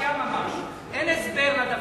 שערורייה ממש, אין הסבר לדבר.